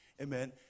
amen